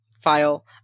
file